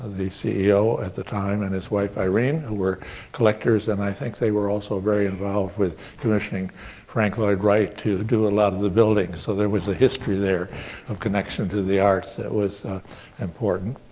the ceo at the time, and his wife, irene, who were collectors and i think they were also very involved with commissioning frank lloyd wright to do a lot of the buildings, so there was a history there of connection to the arts that was important,